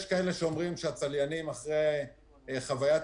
יש כאלה שאומרים שהצליינים אחרי חוויית